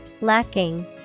Lacking